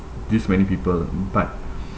this many people but